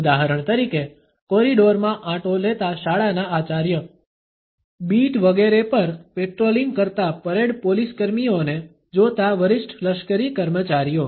ઉદાહરણ તરીકે કોરિડોર માં આંટો લેતા શાળાના આચાર્ય બીટ વગેરે પર પેટ્રોલિંગ કરતા પરેડ પોલીસકર્મીઓને જોતાં વરિષ્ઠ લશ્કરી કર્મચારીઓ